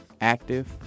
active